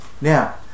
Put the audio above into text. Now